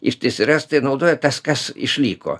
ištisi rąstai naudoja tas kas išliko